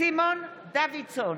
דוידסון,